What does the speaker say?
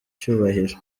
cyubahiro